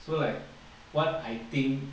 so like what I think